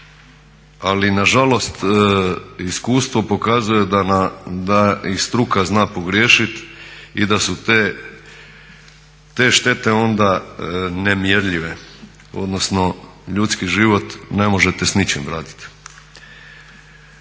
ali nažalost iskustvo pokazuje da i struka zna pogriješit i da su te štete onda nemjerljive, odnosno ljudski život ne možete s ničim vratit.